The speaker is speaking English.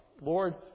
Lord